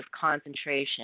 concentration